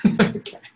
Okay